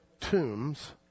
tombs